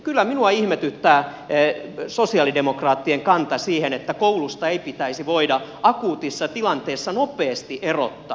kyllä minua ihmetyttää sosialidemokraattien kanta siihen että koulusta ei pitäisi voida akuutissa tilanteessa nopeasti erottaa